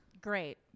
Great